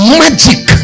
magic